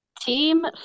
Team